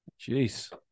Jeez